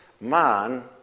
man